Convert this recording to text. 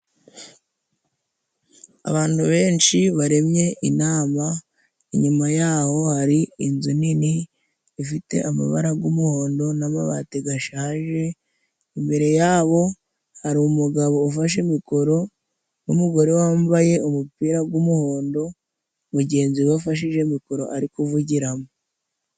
Abantu benshi baremye inama. Inyuma yaho hari inzu nini ifite amabara g'umuhondo, n'mabati gashaje. Imbere yabo hari umugabo ufashe mikoro, n'umugore wambaye umupira g'umuhondo, mugenzi we afashije mikoro ari kuvugiramo.